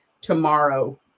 tomorrow